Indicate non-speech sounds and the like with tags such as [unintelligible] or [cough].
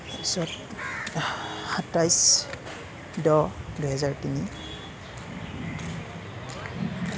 [unintelligible] সাতাইছ দহ দুহেজাৰ তিনি